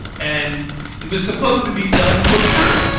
and it was supposed to be done for free.